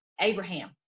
Abraham